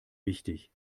wichtig